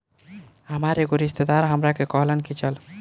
हामार एगो रिस्तेदार हामरा से कहलन की चलऽ